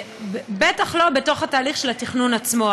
בטח לא בתוך התהליך של התכנון עצמו.